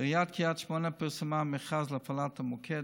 עיריית קריית שמונה פרסמה מכרז להפעלת המוקד